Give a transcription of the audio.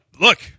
Look